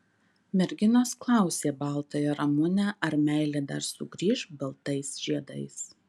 merginos klausė baltąją ramunę ar meilė dar sugrįš baltais žiedais